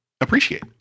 appreciate